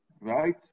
Right